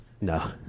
No